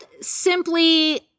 simply